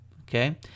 Okay